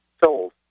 sold